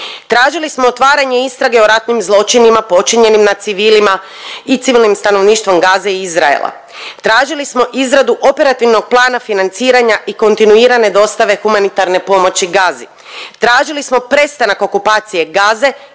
Tražili smo otvaranje istrage o ratnim zločinima počinjenim nad civilima i civilnim stanovništvom Gaze i Izraela, tražili smo izradu operativnog plana financiranja i kontinuirane dostave humanitarne pomoći Gazi, tražili smo prestanak okupacije Gaze,